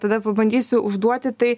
tada pabandysiu užduoti tai